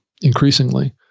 increasingly